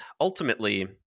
Ultimately